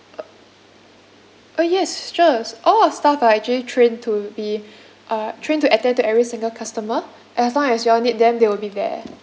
uh uh ah yes sure all our staff are actually trained to be uh train to attend to every single customer as long as you all need them they will be there